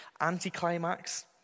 anticlimax